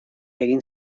egin